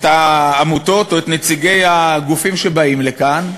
את העמותות, או את נציגי הגופים שבאים לכאן?